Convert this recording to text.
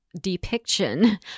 depiction